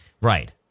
Right